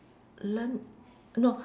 learn no